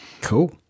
Cool